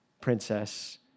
Princess